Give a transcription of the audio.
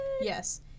Yes